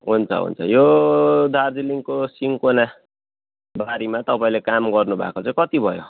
हुन्छ हुन्छ यो दार्जिलिङको सिन्कोना बारीमा तपाईँले काम गर्नुभएको चाहिँ कति भयो